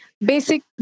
basic